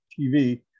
TV